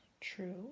true